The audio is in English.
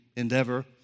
endeavor